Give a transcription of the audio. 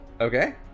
Okay